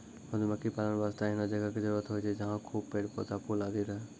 मधुमक्खी पालन वास्तॅ एहनो जगह के जरूरत होय छै जहाँ खूब पेड़, पौधा, फूल आदि रहै